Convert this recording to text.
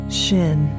shin